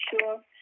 sure